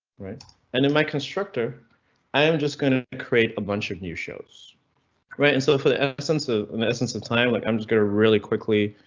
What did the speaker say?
right and in my constructor i am just going to create a bunch of new shows right? and so for the absence of an essence of time like, i'm just going to really quickly